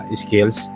skills